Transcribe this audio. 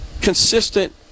consistent